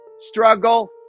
struggle